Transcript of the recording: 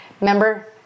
remember